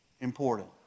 important